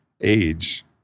age